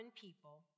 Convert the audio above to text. people